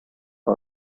are